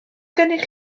gennych